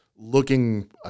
Looking